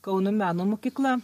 kauno meno mokykla